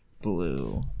blue